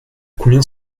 combien